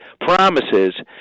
promises